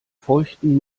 feuchten